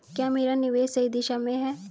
क्या मेरा निवेश सही दिशा में है?